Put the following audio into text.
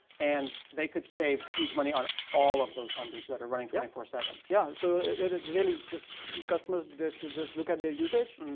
and they could save huge money on all of those hundreds that are running twenty four seven. yeah. so, really just customers should just look at their usage,